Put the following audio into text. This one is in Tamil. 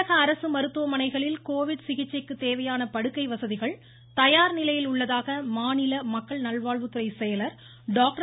தமிழக அரசு மருத்துவமனைகளில் கோவிட் சிகிச்சைக்கு தேவையான படுக்கை வசதிகள் தயார் நிலையில் உள்ளதாக மாநில மாநில மக்கள் நல்வாழ்வுத்துறை செயலர் டாக்டர்